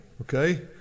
Okay